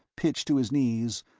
pitched to his knees,